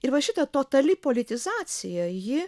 ir va šita totali politizacija ji